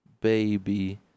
baby